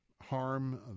harm